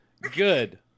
Good